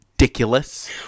ridiculous